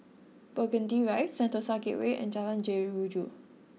Burgundy Rise Sentosa Gateway and Jalan Jeruju